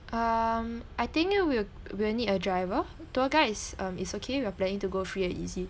um I think we'll we'll need a driver tour guide is um it's okay we are planning to go free and easy